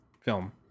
film